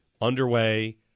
underway